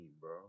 bro